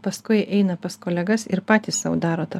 paskui eina pas kolegas ir patys sau daro tą